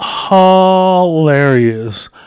Hilarious